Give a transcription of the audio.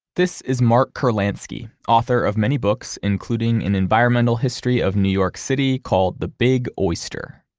this is mark kurlansky, author of many books including an environmental history of new york city called, the big oyster.